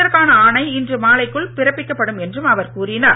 இதற்கான ஆணை இன்று மாலைக்குள் பிறப்பிக்கப்படும் என்றும் அவர் கூறினார்